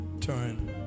turn